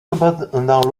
cependant